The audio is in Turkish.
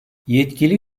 yetkili